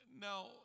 Now